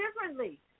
differently